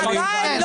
עדיין.